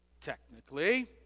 technically